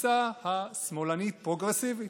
לתפיסה השמאלנית פרוגרסיבית.